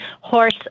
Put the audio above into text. horse